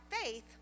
faith